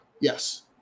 Yes